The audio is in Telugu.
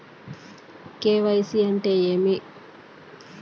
కె.వై.సి అంటే ఏమి?